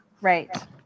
Right